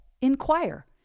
Inquire